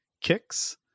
kicks